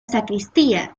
sacristía